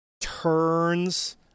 turns